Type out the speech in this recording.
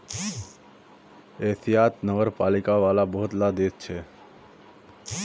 एशियात नगरपालिका वाला बहुत ला देश छे